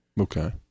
Okay